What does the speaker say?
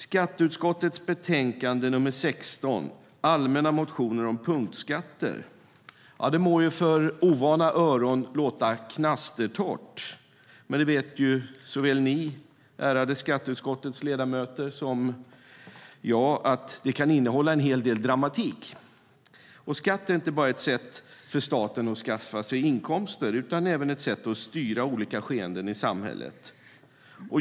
Skatteutskottets betänkande nr 16 Allmänna motioner om punktskatter må för ovana öron låta knastertorrt. Men det vet såväl ni, ärade skatteutskottets ledamöter, som jag att det kan innehålla en hel del dramatik. Skatt är inte bara ett sätt för staten att skaffa sig inkomster utan även ett sätt att styra olika skeenden i samhället.